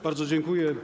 Bardzo dziękuję.